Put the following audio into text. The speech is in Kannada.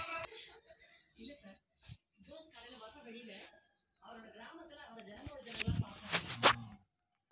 ಪಶುಸಂಗೋಪನೆ ಇಲಾಖೆಯಿಂದ ರೈತರಿಗೆ ಪ್ರಾಣಿಗಳನ್ನು ಸಾಕಲು ಯಾವ ತರದ ಸಹಾಯವೆಲ್ಲ ಮಾಡ್ತದೆ?